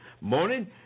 morning